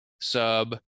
sub